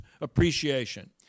appreciation